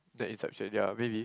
then inception ya maybe